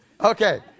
Okay